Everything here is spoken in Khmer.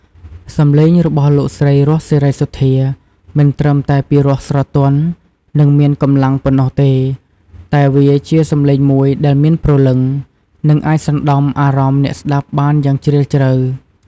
សំឡេងរបស់លោកស្រី រស់ សេរីសុទ្ធា មិនត្រឹមតែពីរោះស្រទន់ និងមានកម្លាំងប៉ុណ្ណោះទេ តែវាជាសំឡេងមួយដែល មានព្រលឹង និង អាចសំណ្ដំអារម្មណ៍អ្នកស្តាប់បានយ៉ាងជ្រាលជ្រៅ។